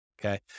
Okay